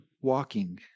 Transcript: walking